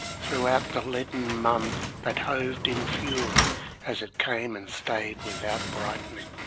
throughout the leaden mom that howled in fury as it came and stayed without brightening.